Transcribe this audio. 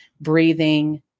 breathing